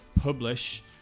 publish